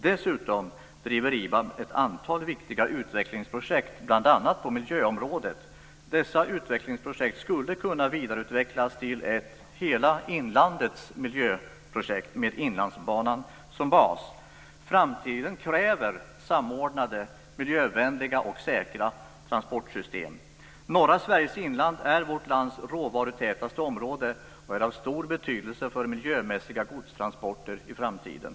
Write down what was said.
Dessutom driver IBAB ett antal viktiga utvecklingsprojekt bl.a. på miljöområdet. Dessa utvecklingsprojekt skulle kunna vidareutvecklas till ett hela inlandets miljöprojekt med Inlandsbanan som bas. Framtiden kräver samordnande, miljövänliga och säkra transportsystem. Norra Sveriges inland är vårt lands råvarutätaste område och är av stor betydelse för miljömässiga godstransporter i framtiden.